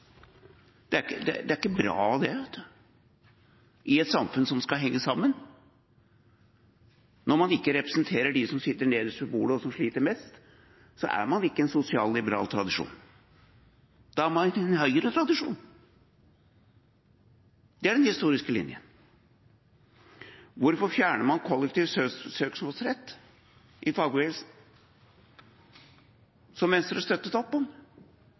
Det er ikke bra i et samfunn som skal henge sammen. Når man ikke representerer dem som sitter nederst ved bordet, og som sliter mest, er man ikke i en sosialliberal tradisjon. Da er man i en høyretradisjon. Det er den historiske linjen. Hvorfor fjerner man kollektiv søksmålsrett i fagbevegelsen, som Venstre støttet opp om?